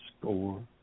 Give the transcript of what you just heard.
score